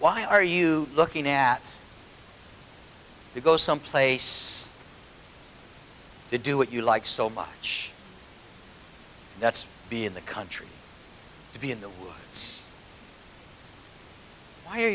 why are you looking at me go some place to do what you like so much that's be in the country to be in the us why are